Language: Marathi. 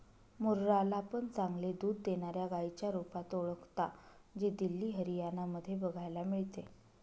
मुर्रा ला पण चांगले दूध देणाऱ्या गाईच्या रुपात ओळखता, जी दिल्ली, हरियाणा मध्ये बघायला मिळते